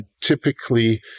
Typically